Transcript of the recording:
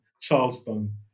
Charleston